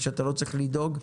שאתה לא צריך לדאוג,